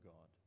God